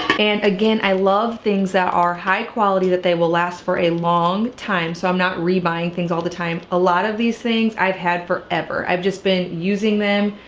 and again i love things that are high-quality, that they will last for a long time so i'm not re-buying things all the time. a lot of these things i've had forever. i've just been using them,